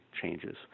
changes